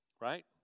right